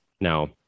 Now